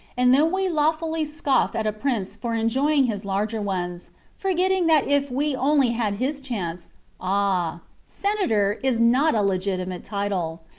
and then we loftily scoff at a prince for enjoying his larger ones forgetting that if we only had his chance ah! senator is not a legitimate title.